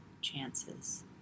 chances